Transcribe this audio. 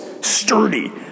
sturdy